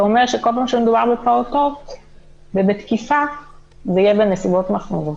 שאומר שכל מה שמדובר בפעוטות ובתקיפה זה יהיה בנסיבות מחמירות.